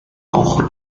auch